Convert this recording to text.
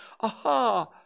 Aha